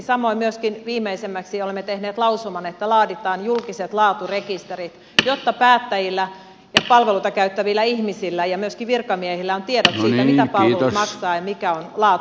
samoin myöskin viimeisimmäksi olemme tehneet lausuman että laaditaan julkiset laaturekistesterit jotta päättäjillä ja palveluita käyttävillä ihmisillä ja myöskin virkamiehillä on tiedot siitä mitä palvelut maksavat ja mikä on laatu